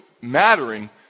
mattering